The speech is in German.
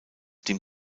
dem